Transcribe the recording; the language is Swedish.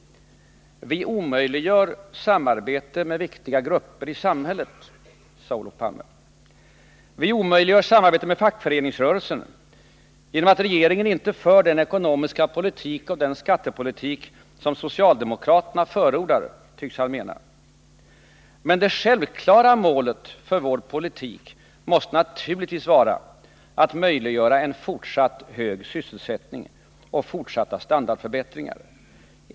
Vi omöjliggör samarbete med viktiga grupper i samhället, sade Olof Palme. Vi omöjliggör ett samarbete med fackföreningsrörelsen genom att regeringen inte för den ekonomiska politik och den skattepolitik som socialdemokraterna förordar, tycks han mena. Men det självklara målet för vår politik måste naturligtvis vara att möjliggöra en fortsatt hög sysselsättning och fortgående standardförbättringar.